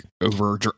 over